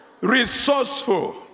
resourceful